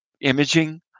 imaging